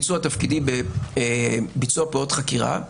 תפקידי, ביצוע פעולות חקירה,